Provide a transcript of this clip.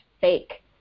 fake